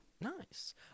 nice